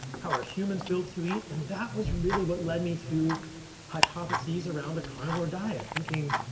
how are humans built to eat? and that was really what led me to hypotheses around a carnivore diet. thinking,